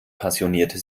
passionierte